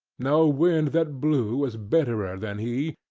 no wind that blew was bitterer than he,